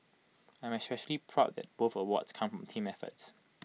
I am especially proud that both awards come from team efforts